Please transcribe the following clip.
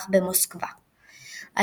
להגיש הצעות לאירוח המונדיאל ב־2026,